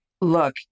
Look